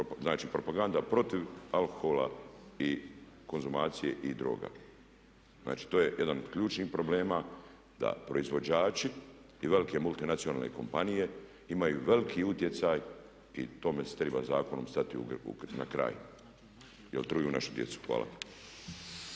znači propaganda protiv alkohola i konzumacije i droga. Znači to je jedan od ključnih problema da proizvođači i velike multi nacionalne kompanije imaju veliki utjecaj i tome se triba zakonu stati na kraj jer truju našu djecu. Hvala.